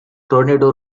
tornado